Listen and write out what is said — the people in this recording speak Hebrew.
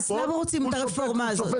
אם כן, למה רוצים את הרפורמה הזאת?